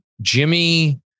Jimmy